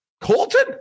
Colton